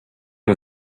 was